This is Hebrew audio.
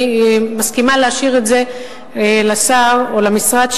אני מסכימה להשאיר את זה לשר או למשרד,